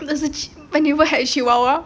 there's a chi~ when you had chihuahua